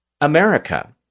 america